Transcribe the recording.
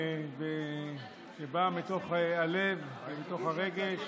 שבא מתוך הלב ומתוך הרגש.